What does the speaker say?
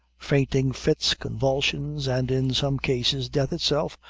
fainting fits, convulsions, and in some cases, death itself,